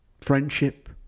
friendship